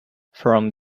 from